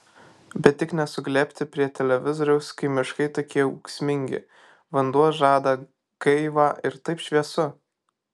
bet tik ne suglebti prie televizoriaus kai miškai tokie ūksmingi vanduo žada gaivą ir taip šviesu